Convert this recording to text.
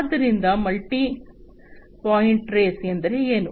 ಆದ್ದರಿಂದ multi point trace ಎಂದರೆ ಏನು